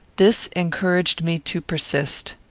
this encouraged me to persist.